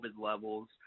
levels